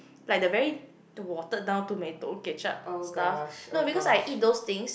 like the very the watered down too many to~ ketchup stuff no because I eat those things